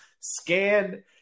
scan